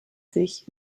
sich